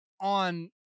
on